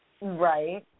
Right